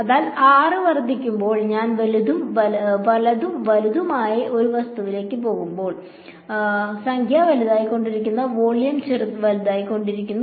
അതിനാൽ r വർദ്ധിക്കുമ്പോൾ ഞാൻ വലുതും വലുതുമായ ഒരു വസ്തുവിലേക്ക് പോകുമ്പോൾ സംഖ്യ വലുതായിക്കൊണ്ടിരിക്കുന്ന വോള്യം വലുതായിക്കൊണ്ടിരിക്കുന്നു